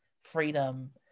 freedom